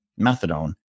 methadone